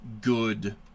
good